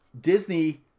Disney